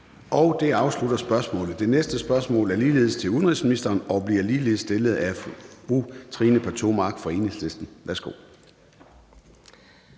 Det afslutter spørgsmålet. Det næste spørgsmål bliver ligeledes stillet til justitsministeren, og det bliver ligeledes stillet af fru Rosa Lund fra Enhedslisten. Kl.